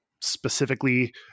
specifically